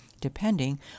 depending